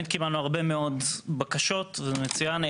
קיבלנו הרבה מאוד בקשות, זה מצוין.